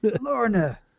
Lorna